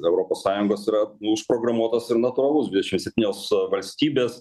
europos sąjungos yra nu užprogramuotas ir natūralus dvidešim septynios valstybės